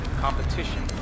competition